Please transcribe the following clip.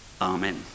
Amen